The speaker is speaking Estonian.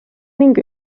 ning